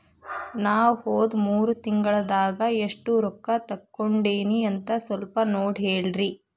ನಾ ಹೋದ ಮೂರು ತಿಂಗಳದಾಗ ಎಷ್ಟು ರೊಕ್ಕಾ ತಕ್ಕೊಂಡೇನಿ ಅಂತ ಸಲ್ಪ ನೋಡ ಹೇಳ್ರಿ